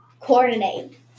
coordinate